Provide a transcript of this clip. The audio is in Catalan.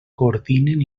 coordinen